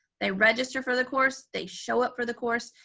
they register for the course, they show up for the course,